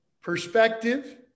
perspective